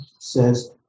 says